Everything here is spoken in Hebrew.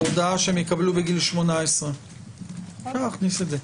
בהודעה שהם יקבלו בגיל 18. אפשר להכניס את זה.